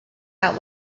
out